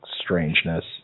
strangeness